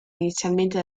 inizialmente